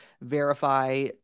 verify